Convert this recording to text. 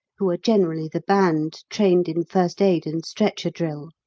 who are generally the band, trained in first aid and stretcher drill.